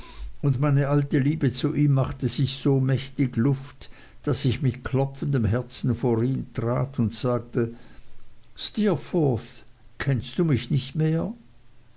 und meine alte liebe zu ihm machte sich so mächtig luft daß ich mit klopfendem herzen vor ihn trat und sagte steerforth kennst du mich nicht mehr